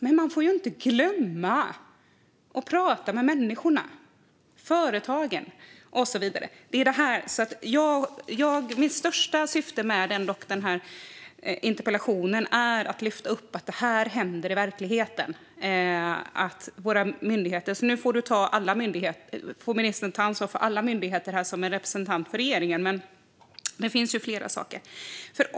Men man får ju inte glömma att prata med människorna, företagen och så vidare. Mitt viktigaste syfte med interpellationen är att lyfta fram att detta händer i verkligheten. I den här debatten får ministern som representant för regeringen ta ansvar för alla myndigheter.